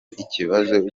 ikibazo